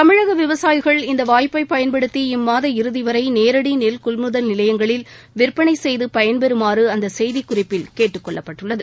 தமிழக விவசாயிகள் இந்த வாய்ப்பை பயன்படுத்தி இம்மாத இறுதிவரை நேரடி நெல் கொள்முதல் நிலையங்களில் விற்பனை செய்து பயன்பெறுமாறு அந்த செய்திக் குறிப்பில் கேட்டுக் கொள்ளப்பட்டுள்ளது